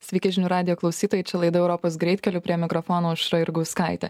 sveiki žinių radijo klausytojai čia laida europos greitkeliu prie mikrofono aušra jurgauskaitė